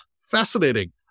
fascinating